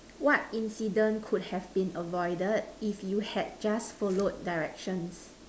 what incident could have been avoided if you had just followed directions